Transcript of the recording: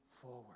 forward